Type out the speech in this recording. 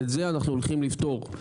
את זה אנחנו הולכים לפתור,